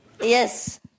Yes